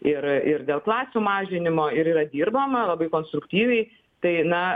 ir ir dėl klasių mažinimo ir yra dirbama labai konstruktyviai tai na